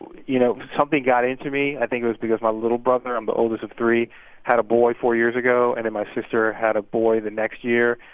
you know, something got into me. i think it was because my little brother i'm the oldest of three had a boy four years ago. and then my sister had a boy the next year.